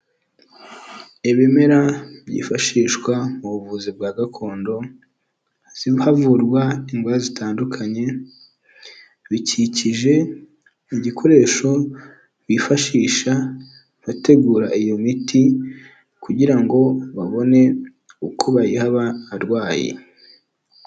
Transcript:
Ibimera byifashishwa mu buvuzi bwa gakondo havurwa indwa zitandukanye, bikikije igikoresho bifashisha bategura iyo miti kugira ngo babone uko bayiha abarwayi.